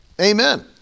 Amen